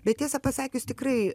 bet tiesą pasakius tikrai